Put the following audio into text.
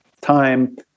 time